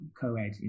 co-ed